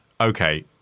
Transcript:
Okay